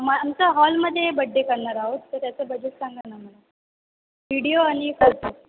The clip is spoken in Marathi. मग आमचा हॉलमध्ये बड्डे करणार आहोत तर त्याचं बजेट सांगा ना मला व्हिडीओ आणि कसं